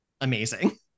Amazing